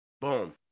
boom